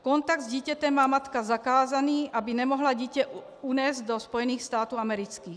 Kontakt s dítětem má matka zakázaný, aby nemohla dítě unést do Spojených států amerických.